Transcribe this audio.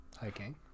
hiking